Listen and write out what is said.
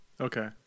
Okay